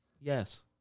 Yes